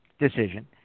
decision